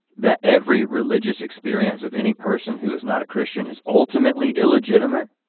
that every religious experience of any person who is not a christian is ultimately illegitimate,